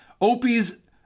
Opie's